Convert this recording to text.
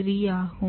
3 ஆகும்